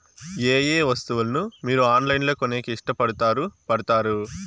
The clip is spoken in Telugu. ఏయే వస్తువులను మీరు ఆన్లైన్ లో కొనేకి ఇష్టపడుతారు పడుతారు?